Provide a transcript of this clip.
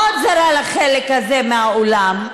מאוד זרה לחלק הזה מהאולם.